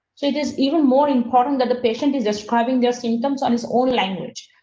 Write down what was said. so it is even more important that the patient is describing their symptoms on his own language.